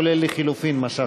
כולל לחלופין משכתם.